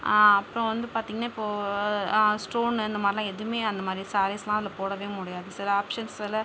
அப்புறம் வந்து பார்த்தீங்கனா இப்போது ஸ்டோனு இந்த மாதிரில்லாம் எதுவுமே அந்த மாதிரி சாரீஸுலாம் அதில் போடவே முடியாது சில ஆப்ஷன்ஸில்